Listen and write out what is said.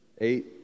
eight